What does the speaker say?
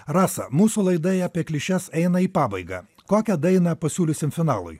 rasa mūsų laida apie klišes eina į pabaigą kokią dainą pasiūlysim finalui